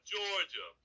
Georgia